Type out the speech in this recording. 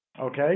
Okay